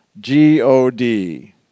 G-O-D